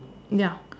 ya